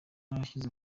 bwashyize